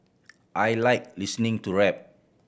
I like listening to rap